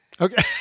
Okay